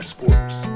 Sports